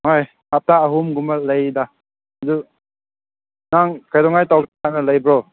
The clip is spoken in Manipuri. ꯍꯣꯏ ꯍꯞꯇꯥ ꯑꯍꯨꯝꯒꯨꯝꯕ ꯂꯩꯗ ꯑꯗꯨ ꯅꯪ ꯀꯩꯗꯧꯉꯩ ꯇꯧꯁꯦ ꯍꯥꯏꯅꯣ ꯂꯩꯕ꯭ꯔꯣ